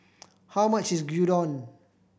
how much is Gyudon